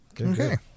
okay